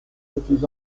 petits